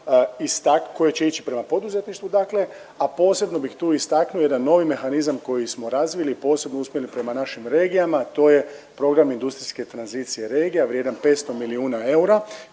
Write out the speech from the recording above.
koje će ići prema poduzetništvu dakle, a posebno bih tu istaknuo jedan novi mehanizam koji smo razvili, posebno usmjeren prema našim regijama, to je Program industrijske tranzicije regija vrijedan 500 milijuna eura,